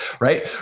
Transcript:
right